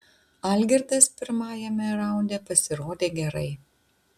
algirdas pirmajame raunde pasirodė gerai